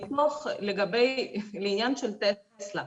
לעניין של טסלה.